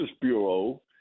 Bureau